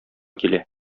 килә